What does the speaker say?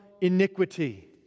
iniquity